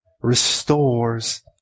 restores